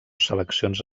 seleccions